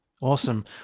Awesome